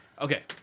Okay